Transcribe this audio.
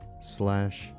slash